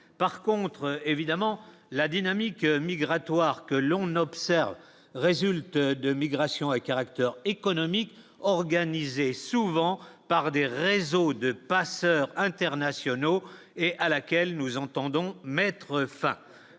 par contre évidemment la dynamique migratoire que l'on observe résulte de migration à caractère économique organisé, souvent par des réseaux de passeurs internationaux et à laquelle nous entendons mettre fin